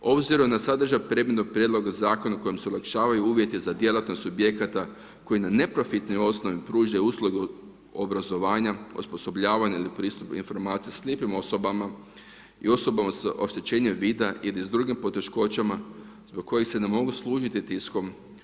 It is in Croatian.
Obzirom da sadržaj … prijedloga zakona kojim se olakšavaju uvjeti za djelatnost subjekata, koji na neprofitnoj osnovi, pružaju uslugu obrazovanja, osposobljavanja ili pristup informacija slijepim osobama i osobama sa oštećenjem vida ili s drugim poteškoćama zbog kojih se ne mogu služiti tiskom.